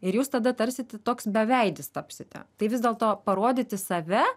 ir jūs tada tarsi t toks beveidis tapsite tai vis dėlto parodyti save